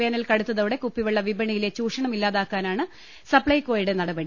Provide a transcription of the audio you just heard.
വേനൽ കടുത്തോടെ കുപ്പിവെള്ള വിപ ണിയിലെ ചൂഷണം ഇല്ലാതാക്കാനാണ് സപ്ലൈകോയുടെ നടപ ടി